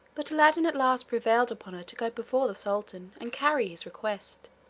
but aladdin at last prevailed upon her to go before the sultan and carry his request.